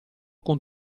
con